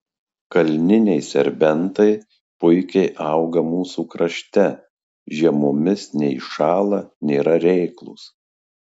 kalniniai serbentai puikiai auga mūsų krašte žiemomis neiššąla nėra reiklūs